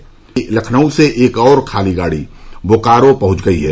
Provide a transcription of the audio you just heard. इस बीच लखनऊ से एक और खाली रेलगाड़ी बोकारो पहुंच गई है